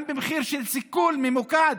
גם במחיר של סיכול ממוקד